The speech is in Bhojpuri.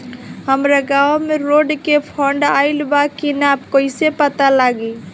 हमरा गांव मे रोड के फन्ड आइल बा कि ना कैसे पता लागि?